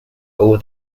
owe